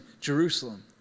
Jerusalem